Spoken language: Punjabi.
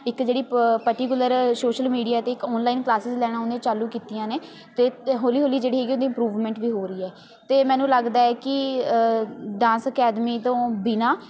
ਇੱਕ ਜਿਹੜੀ ਪ ਪਰਟੀਕੁਲਰ ਸ਼ੋਸ਼ਲ ਮੀਡੀਆ 'ਤੇ ਇੱਕ ਔਨਲਾਈਨ ਕਲਾਸਿਜ਼ ਲੈਣਾ ਉਹਨੇ ਚਾਲੂ ਕੀਤੀਆਂ ਨੇ ਅਤੇ ਹੌਲੀ ਹੌਲੀ ਜਿਹੜੀ ਹੈਗੀ ਉਹਦੀ ਇਮਪਰੂਵਮੈਂਟ ਵੀ ਹੋ ਰਹੀ ਹੈ ਅਤੇ ਮੈਨੂੰ ਲੱਗਦਾ ਹੈ ਕਿ ਡਾਂਸ ਅਕੈਡਮੀ ਤੋਂ ਬਿਨਾਂ